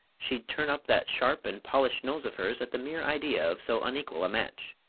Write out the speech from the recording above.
she'd turn up that sharp and polished nose of hers at the mere idea of so unequal a match!